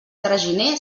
traginer